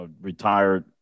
retired